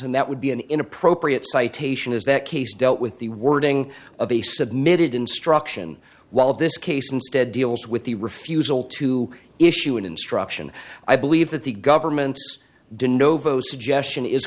and that would be an inappropriate citation is that case dealt with the wording of the submitted instruction while this case instead deals with the refusal to issue an instruction i believe that the governments did novo